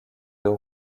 deux